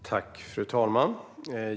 Svar på interpellationer Fru talman!